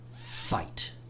fight